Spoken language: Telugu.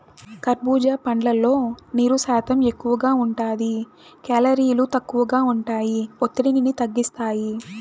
కర్భూజా పండ్లల్లో నీరు శాతం ఎక్కువగా ఉంటాది, కేలరీలు తక్కువగా ఉంటాయి, ఒత్తిడిని తగ్గిస్తాయి